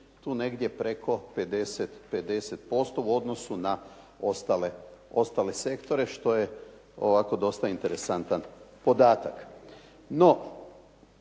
tu negdje preko 50% u odnosu na ostale sektore što je ovako dosta interesantan podatak.